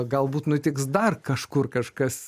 galbūt nutiks dar kažkur kažkas